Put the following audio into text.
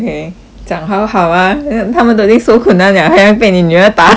讲好好 ah 他们都已经受困难 liao 还要被你女儿打